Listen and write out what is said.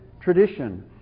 tradition